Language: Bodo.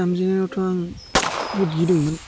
दामजेन्नायावथ' आं बहुत गिदोंमोन